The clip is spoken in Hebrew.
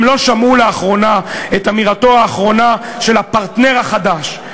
אם לא שמעו לאחרונה את אמירתו האחרונה של הפרטנר החדש,